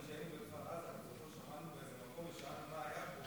גם כשהיינו בכפר עזה אני זוכר שעמדנו באיזה מקום ושאלנו: מה היה פה?